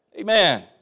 Amen